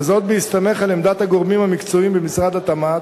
וזאת בהסתמך על עמדת הגורמים המקצועיים במשרד התמ"ת,